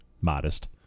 modest